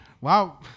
Wow